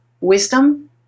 wisdom